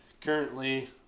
currently